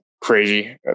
crazy